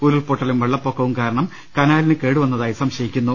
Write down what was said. ഉരുൾപൊട്ടലും വെള്ളപ്പൊക്കവും കാരണം കനാലിന് കേടുവന്നതായി സംശയിക്കുന്നു